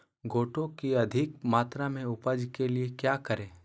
गोटो की अधिक मात्रा में उपज के लिए क्या करें?